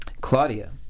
Claudia